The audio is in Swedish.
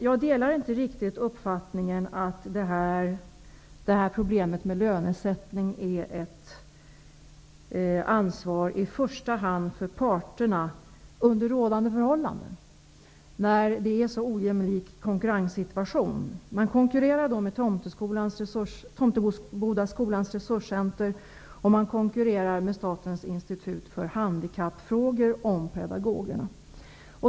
Jag delar inte riktigt uppfattningen att problemet med lönesättning under rådande förhållanden i första hand är ett ansvar för parterna. Konkurrenssituationen är så ojämlik. Man konkurrerar med Tomtebodaskolans resurscenter och med Statens institut för handikappfrågor om pedagogerna.